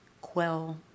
quell